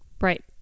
Right